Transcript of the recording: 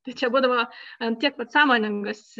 tai čia būdavo ant tiek vat sąmoningas